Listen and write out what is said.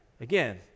Again